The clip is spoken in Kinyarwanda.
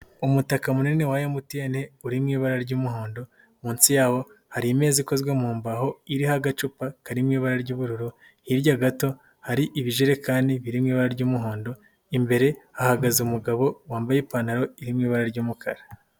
Umutaka munini wa MTN uri mu ibara ry'umuhondo, munsi yawo hari imeza ikozwe mu mbaho iriho agacupa karimo ibara ry'ubururu, hirya gato hari ibijerekani birimo ibara ry'umuhondo, imbere hahagaze umugabo wambaye ipantaro iri mu ibara ry'umukara.